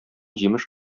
җимеш